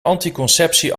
anticonceptie